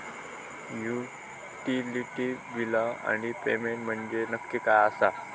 Utility बिला आणि payment म्हंजे नक्की काय आसा?